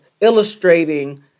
illustrating